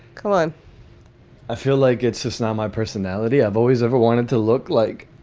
come on i feel like it's just not my personality. i've always, ever wanted to look like.